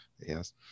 Yes